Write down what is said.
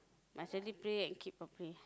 must really pray and keep properly